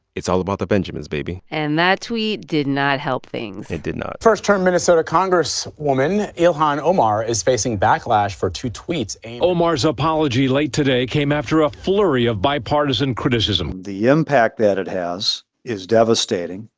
it's all about the benjamins, baby and that tweet did not help things it did not first-term minnesota congresswoman ilhan omar is facing backlash for two tweets omar's apology late today came after a flurry of bipartisan criticism the impact that it has is devastating.